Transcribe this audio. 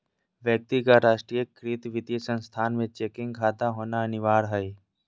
व्यक्ति का राष्ट्रीयकृत वित्तीय संस्थान में चेकिंग खाता होना अनिवार्य हइ